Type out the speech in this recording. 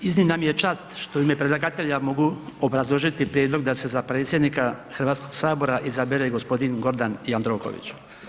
Iznimna mi je čast što u ime predlagatelja mogu obrazložiti prijedlog da se za predsjednika Hrvatskog sabora izabere gospodin Gordan Jandroković.